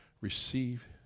Receive